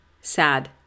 sad